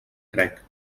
crec